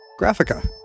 graphica